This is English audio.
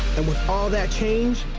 and with all that change,